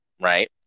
right